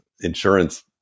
insurance